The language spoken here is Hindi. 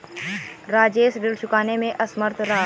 राजेश ऋण चुकाने में असमर्थ रहा